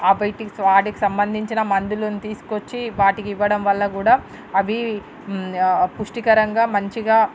బైటికి వాడికి సంబంధించిన మందులను తీసుకొచ్చి వాటికి ఇవ్వడంవల్ల కూడా అవి పుష్టికరంగా మంచిగా